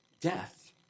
death